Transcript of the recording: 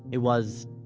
it was,